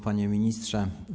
Panie Ministrze!